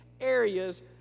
areas